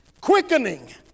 quickening